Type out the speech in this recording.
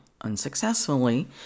unsuccessfully